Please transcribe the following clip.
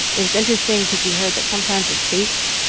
it's interesting because we heard that sometimes the states,